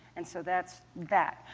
and so that's that.